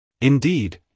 Indeed